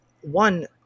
one